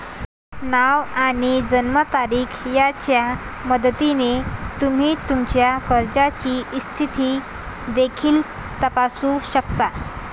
नाव आणि जन्मतारीख यांच्या मदतीने तुम्ही तुमच्या कर्जाची स्थिती देखील तपासू शकता